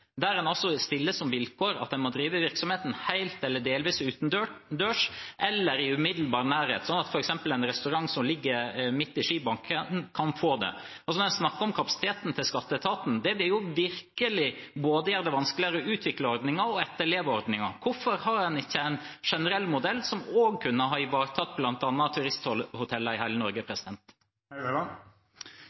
en sesongmodell der man stiller som vilkår at man må drive virksomheten helt eller delvis utendørs, eller i umiddelbar nærhet, sånn at f.eks. en restaurant som ligger midt i skibakken kan få det. Når man snakker om kapasiteten til skatteetaten, vil det virkelig gjøre det vanskeligere både å utvikle ordningen og å etterleve ordningen. Hvorfor har man ikke en generell modell som også kunne ha ivaretatt bl.a. turisthotellene i hele Norge?